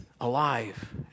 alive